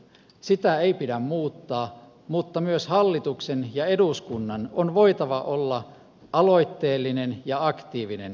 sitä ei pidä muuttaa mutta myös hallituksen ja eduskunnan on voitava olla aloitteellinen ja aktiivinen uudistuksissa